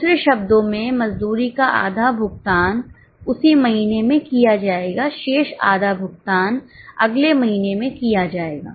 दूसरे शब्दों में मजदूरी का आधा भुगतान उसी महीने में किया जाएगा शेष आधा भुगतान अगले महीने में किया जाएगा